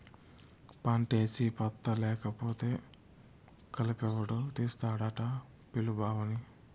పంటేసి పత్తా లేకపోతే కలుపెవడు తీస్తాడట పిలు బావని